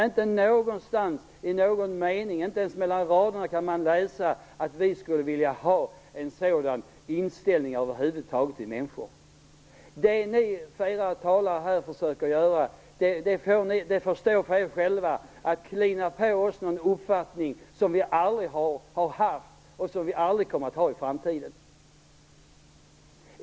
Inte någonstans i någon mening, inte ens mellan raderna, kan man läsa att vi skulle ha en sådan inställning till människor. Det flera talare här försöker göra får stå för dem. Ni försöker klina på oss en uppfattning som vi aldrig har haft och som vi aldrig kommer att ha i framtiden.